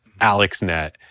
AlexNet